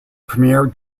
premier